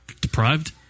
Deprived